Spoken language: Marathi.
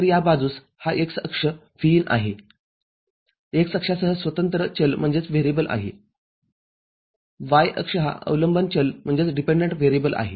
तर या बाजूस हा x अक्ष Vin आहे x अक्षासह स्वतंत्र चल आहे y अक्ष हा अवलंबून चल आहे